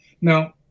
now